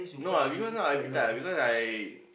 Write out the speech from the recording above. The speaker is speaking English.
no ah because no appetite ah because I